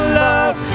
love